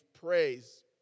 praise